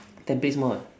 tampines mall